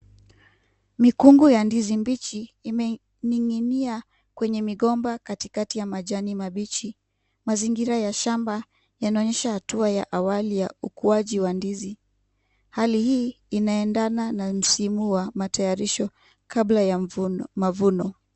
Mikungu ya ndizi mbichi ime ninginia kwenye migomba katikati ya majani yaki jani kibichi mazingira ya shamba yana onyesha hatua ya awali yaukuaji wandizi hali hii Ina endana na msimu wama tayarisho kabla ya mavuno.